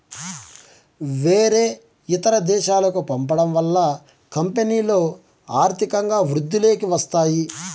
వేరే ఇతర దేశాలకు పంపడం వల్ల కంపెనీలో ఆర్థికంగా వృద్ధిలోకి వస్తాయి